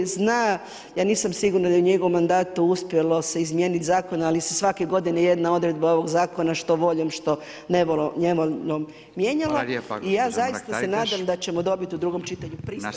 Zna ja nisam sigurna da u njegovom mandatu uspjelo se izmijeniti zakon, ali se svake godine jedna odredba ovog zakona što voljom, što nevoljom mijenjala i ja zaista se nadam da ćemo dobiti u drugom čitanju pristojan zakon.